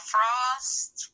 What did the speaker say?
Frost